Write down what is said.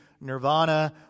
nirvana